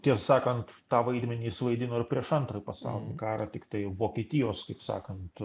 tiesą sakant tą vaidmenį jis vaidino ir prieš antrą pasaulinį karą tiktai vokietijos kaip sakant